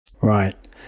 Right